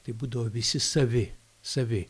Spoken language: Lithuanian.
tai būdavo visi savi savi